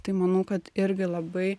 tai manau kad irgi labai